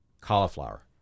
cauliflower